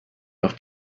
auf